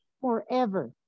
forever